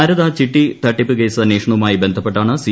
ശാരദാ ചിട്ടി തട്ടിപ്പ് കേസ് അന്വേഷണവുമായി ബന്ധപ്പെട്ടാണ് സി